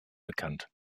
bekannt